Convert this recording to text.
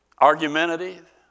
argumentative